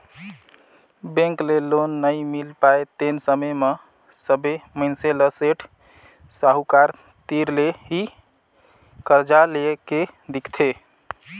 bank ले loan नइ मिल पाय तेन समे म सबे मइनसे ल सेठ साहूकार तीर ले ही करजा लेए के दिखथे